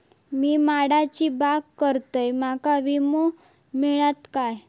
मी माडाची बाग करतंय माका विमो मिळात काय?